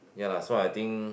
ya lah so I think